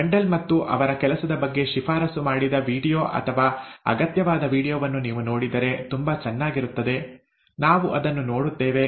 Mendel ಮತ್ತು ಅವರ ಕೆಲಸದ ಬಗ್ಗೆ ಶಿಫಾರಸು ಮಾಡಿದ ವೀಡಿಯೊ ಅಥವಾ ಅಗತ್ಯವಾದ ವೀಡಿಯೊವನ್ನು ನೀವು ನೋಡಿದರೆ ತುಂಬಾ ಚೆನ್ನಾಗಿರುತ್ತದೆ ನಾವು ಅದನ್ನು ನೋಡುತ್ತೇವೆ